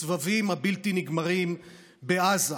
בסבבים הבלתי-נגמרים בעזה.